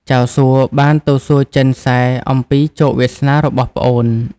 ចៅសួបានទៅសួរចិនសែអំពីជោគវាសនារបស់ប្អូន។